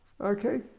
okay